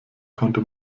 konnte